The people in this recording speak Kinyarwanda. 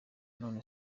none